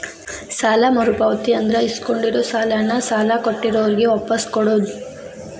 ಸಾಲ ಮರುಪಾವತಿ ಅಂದ್ರ ಇಸ್ಕೊಂಡಿರೋ ಸಾಲಾನ ಸಾಲ ಕೊಟ್ಟಿರೋರ್ಗೆ ವಾಪಾಸ್ ಕೊಡೋದ್